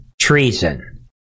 treason